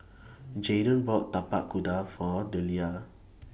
Jayden bought Tapak Kuda For Deliah